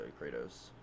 Kratos